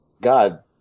God